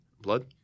blood